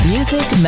Music